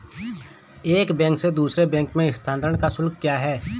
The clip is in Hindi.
एक बैंक से दूसरे बैंक में स्थानांतरण का शुल्क क्या है?